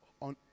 on